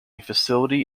facility